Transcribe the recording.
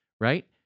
right